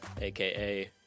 aka